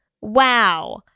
wow